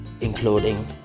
including